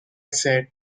said